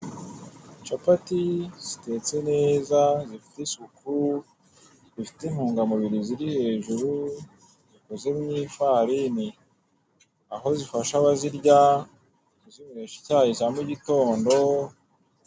Capati zitetse neza, zifite isuku, zifite intungamubiri ziri hejuru, zikoze mu ifarini. Aho zifasha abazirya, kuzinywesha icyayi cya mugitondo,